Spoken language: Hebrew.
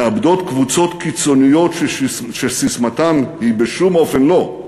מאבדות קבוצות קיצוניות שססמתן היא "בשום אופן לא",